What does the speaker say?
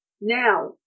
Now